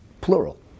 plural